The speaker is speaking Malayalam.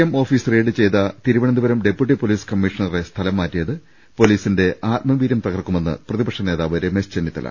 എം ഓഫീസ് റെയ്ഡ് ചെയ്ത തിരുവനന്തപുരം ഡെപ്യൂട്ടി പൊലീസ് കമ്മീഷണറെ സ്ഥലം മാറ്റിയത് പൊലീസിന്റെ ആത്മവീര്യം തകർക്കുമെന്ന് പ്രതിപക്ഷ നേതാവ് രമേശ് ചെന്നിത്തല